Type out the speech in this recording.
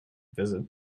visit